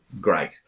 great